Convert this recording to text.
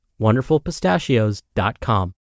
WonderfulPistachios.com